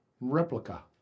replica